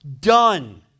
done